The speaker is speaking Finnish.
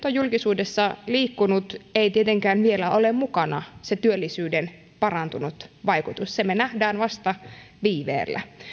on julkisuudessa liikkunut ei tietenkään vielä ole mukana se työllisyyden parantunut vaikutus sen me näemme vasta viiveellä